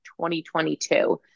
2022